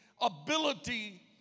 ability